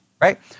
right